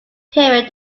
period